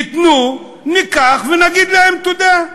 ייתנו, ניקח ונגיד להם תודה.